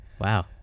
Wow